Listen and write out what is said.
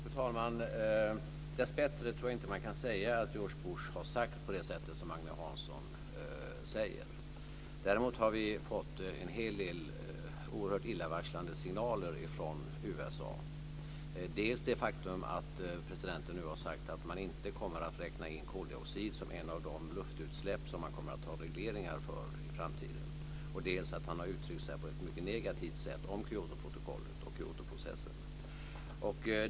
Fru talman! Dessbättre tror jag inte att man kan säga att George Bush har sagt något på det sätt Agne Hansson säger. Däremot har vi fått en hel del oerhört illavarslande signaler från USA, nämligen dels det faktum att presidenten har sagt att han inte kommer att räkna in koldioxid som en av de luftutsläpp som det kommer att vara regleringar för i framtiden, dels att han har uttryckt sig på ett mycket negativt sätt om Kyotoprotokollet och Kyotoprocessen.